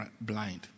blind